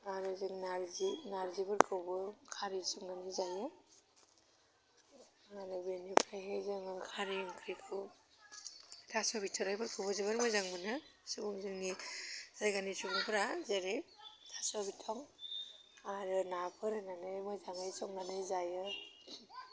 आरो जों नार्जि नार्जिफोरखौबो खारै संनानै जायो आरो बेनिफ्राइहाय जोङो खारै ओंख्रिखौ थास' बिथ'राइफोरखौबो जोबोद मोजां मोनो सह जोंनि जायगानि सुबुंफोरा जेरै थास' बिथं आरो नाफोर होनानै मोजाङै संनानै जायो